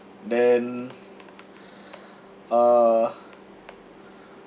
then uh